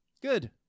Good